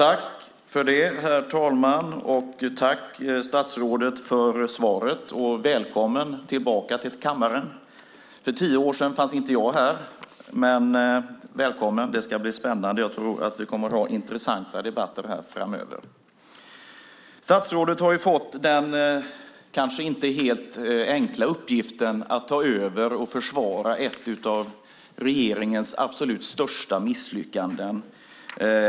Herr talman! Tack, statsrådet, för svaret, och välkommen tillbaka till kammaren! För tio år sedan fanns inte jag här. Men jag säger: Välkommen! Det ska bli spännande. Jag tror att vi kommer att ha intressanta debatter här framöver. Statsrådet har fått den kanske inte helt enkla uppgiften att ta över och försvara ett av regeringens absolut största misslyckanden.